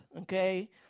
okay